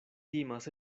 timas